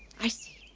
i see.